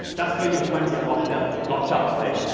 that's where your funds are locked up locked up right?